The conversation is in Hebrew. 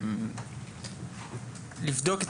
האם בעבודה שעשיתם במשרד יצא לכם לבדוק את